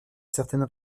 certaines